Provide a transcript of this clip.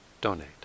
donate